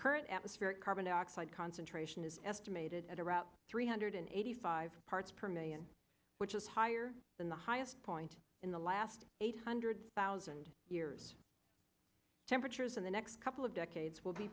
current atmospheric carbon dioxide concentration is estimated at around three hundred eighty five parts per million which is higher than the highest point in the last eight hundred thousand years temperatures in the next couple of decades will be